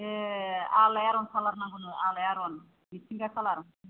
ए आलायरन कालार नांगौनो आलायरन मिथिंगा कालार